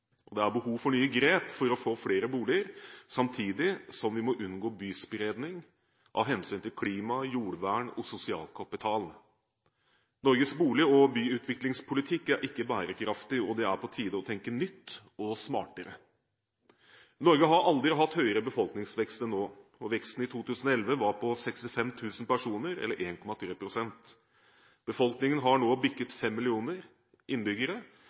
boligmarked. Det er behov for nye grep for å få flere boliger, samtidig som vi må unngå byspredning av hensyn til klima, jordvern og sosial kapital. Norges bolig- og byutviklingspolitikk er ikke bærekraftig, og det er på tide å tenke nytt og smartere. Norge har aldri hatt høyere befolkningsvekst enn nå, og veksten i 2011 var på 65 000 personer, eller 1,3 pst. Befolkningen har nå bikket fem millioner innbyggere.